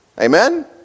Amen